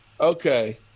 Okay